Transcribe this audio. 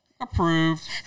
Approved